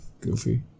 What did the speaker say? Goofy